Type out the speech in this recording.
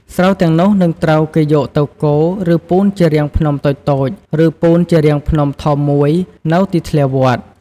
ស្រូវទាំងនោះ នឹងត្រូវគេយកទៅគរ ឬពូនជារាងភ្នំតូចៗ ឬពូនជារាងភ្នំធំមួយនៅទីធ្លាវត្ត។